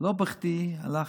לא בכדי הלך,